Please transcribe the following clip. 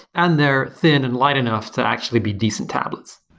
and they're thin and light enough to actually be decent tablets.